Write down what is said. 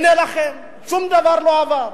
הנה לכם, שום דבר לא עבר.